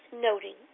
noting